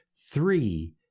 three